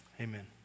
Amen